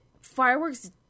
Fireworks